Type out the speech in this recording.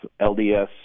LDS